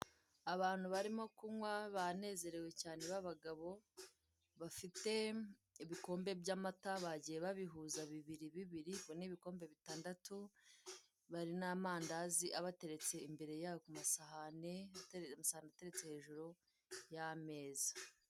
Abantu barimo kunywa banezerewe cyane b'abagabo, bafite ibikombe by'amata bagiye babihuza bibiribiri ubwo ni ibikombe bitandantu, bari n'amandazi abateretse imbere yabo kumasahani, isahani iteretse hejuru y'ameza.